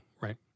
right